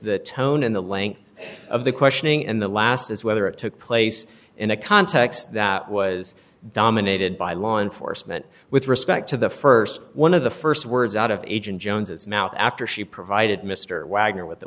the tone and the length of the questioning and the last is whether it took place in a context that was dominated by law enforcement with respect to the st one of the st words out of agent jones as mouth after she provided mr wagner with